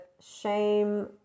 shame